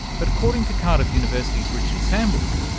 but according to cardiff university's richard sambrook,